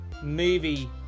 movie